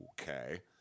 okay